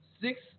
six